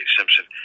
Simpson